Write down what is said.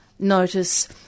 notice